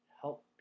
Help